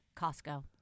Costco